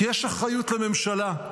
כי יש אחריות לממשלה.